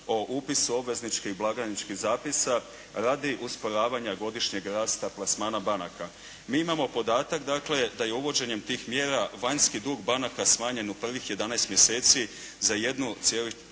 o upisu obvezničkih blagajničkih zapisa radi usporavanja godišnjeg rasta plasmana banaka. Mi imamo podatak da je uvođenjem tih mjera vanjski dug banaka smanjen u prvih jedanaest mjeseci